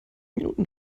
minuten